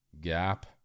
gap